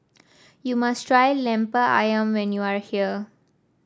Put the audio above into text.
you must try lemper ayam when you are here